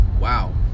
wow